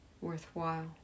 worthwhile